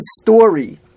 story